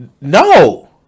no